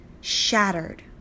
shattered